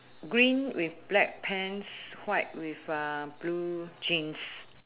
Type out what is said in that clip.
green with black pants white with uh blue jeans